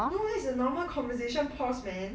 no that's a normal conversation pause man